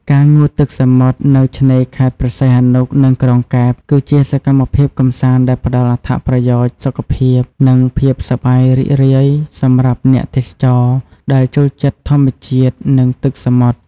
ការងូតទឹកសមុទ្រ នៅឆ្នេរខេត្តព្រះសីហនុ និងក្រុងកែប គឺជាសកម្មភាពកម្សាន្តដែលផ្តល់អត្ថប្រយោជន៍សុខភាព និងភាពសប្បាយរីករាយ សម្រាប់អ្នកទេសចរ ដែលចូលចិត្តធម្មជាតិ និងទឹកសមុទ្រ។